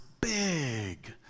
big